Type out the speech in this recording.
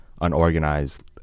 unorganized